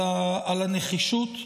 על הנחישות.